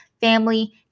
family